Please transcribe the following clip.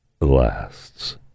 Lasts